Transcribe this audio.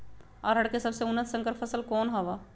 अरहर के सबसे उन्नत संकर फसल कौन हव?